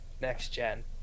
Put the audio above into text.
next-gen